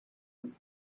was